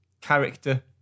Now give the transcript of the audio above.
character